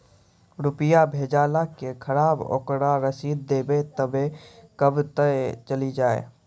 रुपिया भेजाला के खराब ओकरा रसीद देबे तबे कब ते चली जा?